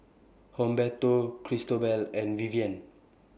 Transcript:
Humberto Cristobal and Vivian